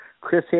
Chris